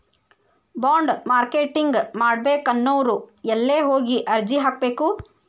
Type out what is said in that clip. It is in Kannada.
ಬಾಂಡ್ ಮಾರ್ಕೆಟಿಂಗ್ ಮಾಡ್ಬೇಕನ್ನೊವ್ರು ಯೆಲ್ಲೆ ಹೊಗಿ ಅರ್ಜಿ ಹಾಕ್ಬೆಕು?